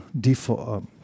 default